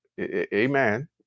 amen